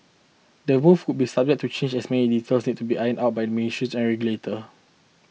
the move could be subject to change as many details need to be ironed out by ministries and regulator